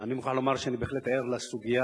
אני מוכן לומר שאני בהחלט ער לסוגיה